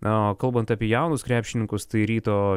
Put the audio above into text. na o kalbant apie jaunus krepšininkus tai ryto